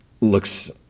looks